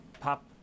pop